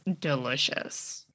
delicious